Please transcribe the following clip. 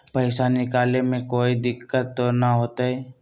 पैसा निकाले में कोई दिक्कत त न होतई?